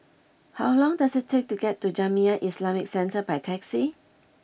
how long does it take to get to Jamiyah Islamic Centre by taxi